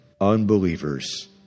unbelievers